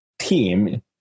Team